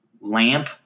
lamp